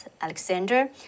Alexander